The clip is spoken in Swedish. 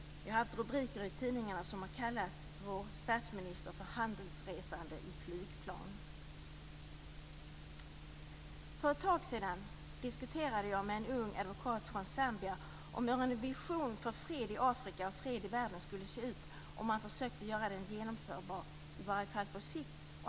Vi har haft rubriker i tidningar där man kallat vår statsminister för handelsresande i flygplan. För ett tag sedan diskuterade jag med en ung advokat från Zambia om hur en vision för fred i Afrika och tredje världen skulle se ut om man försökte göra den genomförbar i varje fall på sikt.